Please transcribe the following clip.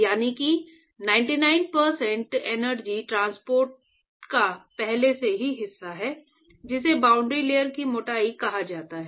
यानी कि 99 प्रतिशत एनर्जी ट्रांसपोर्ट का पहले से ही हिसाब है जिसे बाउंड्री लेयर की मोटाई कहा जाता है